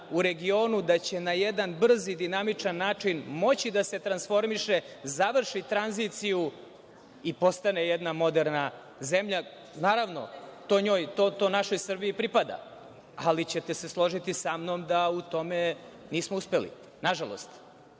u regionu da će na jedan brz i dinamičan način moći da se transformiše, završi tranziciju i postane jedna moderna zemlja. Naravno, to našoj Srbiji pripada, ali ćete se složiti sa mnom da u tome nismo uspeli, nažalost,